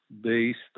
based